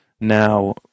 Now